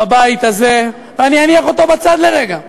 בבית הזה, ואני אניח אותו בצד לרגע.